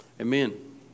Amen